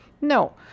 No